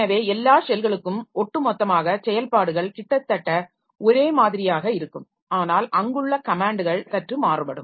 எனவே எல்லா ஷெல்களுக்கும் ஒட்டுமொத்தமாக செயல்பாடுகள் கிட்டத்தட்ட ஒரே மாதிரியாக இருக்கும் ஆனால் அங்குள்ள கமேன்ட்கள் சற்று மாறுபடும்